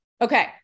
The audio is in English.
Okay